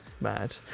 mad